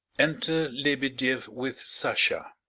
enter lebedieff with sasha.